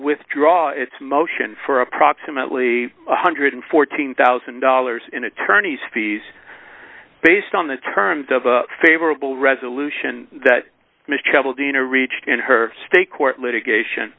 withdraw its motion for approximately one hundred and fourteen thousand dollars in attorney's fees based on the terms of a favorable resolution that mr chappell dina reached in her state court litigation